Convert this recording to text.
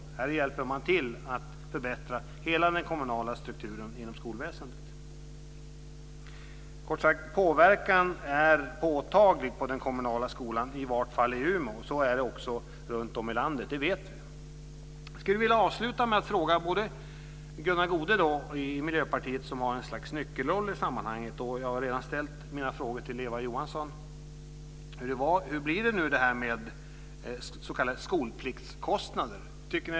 Här hjälper man till att förbättra hela den kommunala strukturen inom skolväsendet. Kort sagt. Påverkan är påtaglig på den kommunala skolan, i alla fall i Umeå. Så är det också runtom i landet. Det vet vi. Jag skulle vilja avsluta med att ställa en fråga till Gunnar Goude i Miljöpartiet som har ett slags nyckelroll i sammanhanget. Jag har redan ställt mina frågor till Eva Johansson. Hur blir det nu med s.k. skolpliktskostnader?